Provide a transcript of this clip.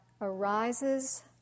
arises